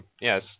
yes